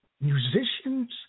musicians